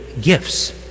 gifts